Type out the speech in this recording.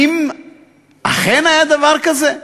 אם אכן היה דבר כזה.